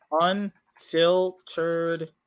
Unfiltered